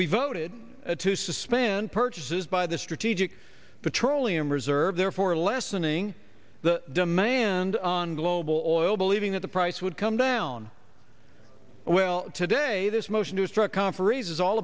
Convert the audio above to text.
we voted to suspend purchases by the strategic petroleum reserve therefore lessening the demand on global oil believing that the price would come down well today this motion to strike conferees is all